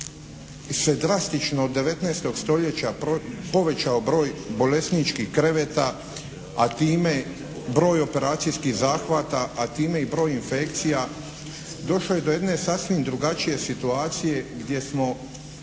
se drastično od 19. stoljeća povećao broj bolesničkih kreveta, a time broj operacijskih zahvata, a time i broj infekcija, došlo je do jedne sasvim drugačije situacije gdje sada